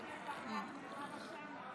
הוראת שעה),